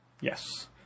Yes